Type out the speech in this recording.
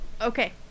Okay